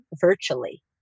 virtually